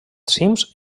cims